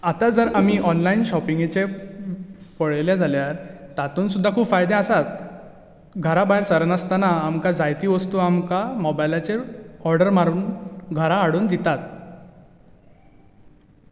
आता जर आमी ऑनलायन श्यॉपींगेचे पळयलें जाल्यार तातूंत सुद्दां खूब फायदे आसाच घरा भायर सरनासतना जायती वस्तू आमकां मोबायलाचेर ऑर्डर मारून घरा हाडून दितात